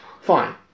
Fine